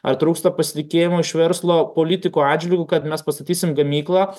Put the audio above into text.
ar trūksta pasitikėjimo iš verslo politikų atžvilgiu kad mes pastatysim gamyklą